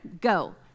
Go